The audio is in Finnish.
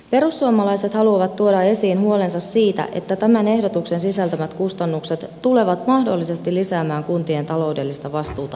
perussuomalaiset haluavat tuoda esiin huolensa siitä että tämän ehdotuksen sisältämät kustannukset tulevat mahdollisesti lisäämään kuntien taloudellista vastuuta entisestään